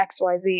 XYZ